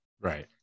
Right